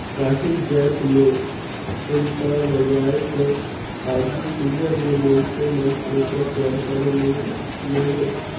काहींच जाएत में पइसालगाए कर आघु सुग्घर ले मइनसे मन ओकर जानकारी ले लेहें